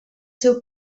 seu